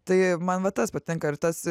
tai man va tas patinka ir tas